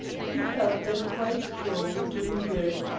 he felt that a quiet stroll would do him good.